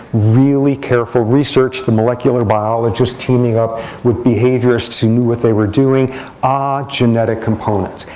really careful research, the molecular biologists teaming up with behaviorists knew what they were doing a genetic component.